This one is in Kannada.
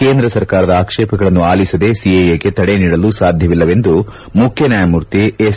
ಕೇಂದ್ರ ಸರ್ಕಾರದ ಆಕ್ಷೇಪಗಳನ್ನು ಆಲಿಸದೇ ಸಿಎಎಗೆ ತಡೆ ನೀಡಲು ಸಾಧ್ಯವಿಲ್ಲ ಎಂದು ಮುಖ್ಯ ನ್ಯಾಯಮೂರ್ತಿ ಎಸ್